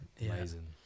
Amazing